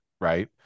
right